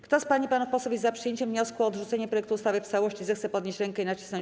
Kto z pań i panów posłów jest za przyjęciem wniosku o odrzucenie projektu ustawy w całości, zechce podnieść rękę i nacisnąć